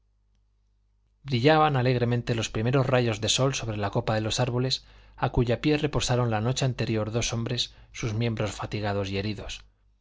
brillaban alegremente los primeros rayos del sol sobre la copa de los árboles a cuyo pie reposaron la noche anterior dos hombres sus miembros fatigados y heridos